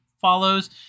follows